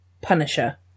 Punisher